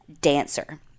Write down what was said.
dancer